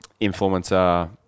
influencer